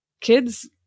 kids